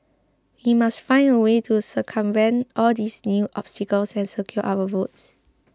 he must find a way to circumvent all these new obstacles and secure our votes